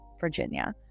virginia